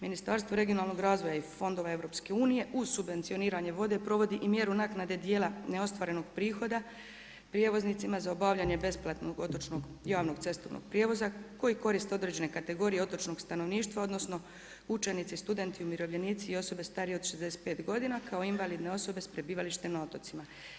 Ministarstvo regionalnog razvoja i fondova EU uz subvencioniranje vode provodi i mjeru naknade dijela neostvarenog prihoda prijevoznicima za obavljanje besplatnog otočnog javnog cestovnog prijevoza koji koriste određene kategorije otočnog stanovništva odnosno učenici, studenti, umirovljenici i osobe starije od 65 godina kao invalidne osobe s prebivalištem na otocima.